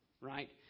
right